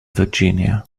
virginia